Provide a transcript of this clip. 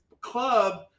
club